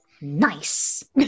nice